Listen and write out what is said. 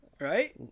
right